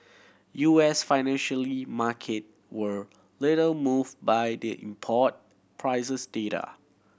U S financially market were little moved by the import prices data